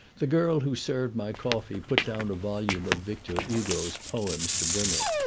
the girl who served my coffee put down a volume of victor hugo's poems to bring it.